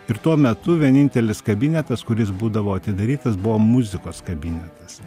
ir tuo metu vienintelis kabinetas kuris būdavo atidarytas buvo muzikos kabinetas